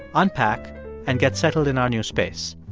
unpack and get settled in our new space.